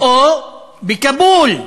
או בכאבול.